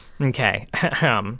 okay